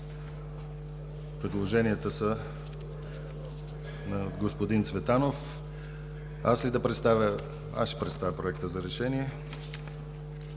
Предложенията са на господин Цветанов. Аз ще представя Проектите за решения.